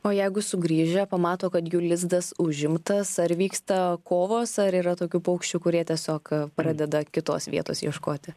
o jeigu sugrįžę pamato kad jų lizdas užimtas ar vyksta kovos ar yra tokių paukščių kurie tiesiog pradeda kitos vietos ieškoti